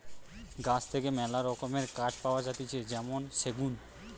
গাছ থেকে মেলা রকমের কাঠ পাওয়া যাতিছে যেমন সেগুন